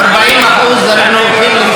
40% אנחנו הולכים למכור,